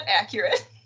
accurate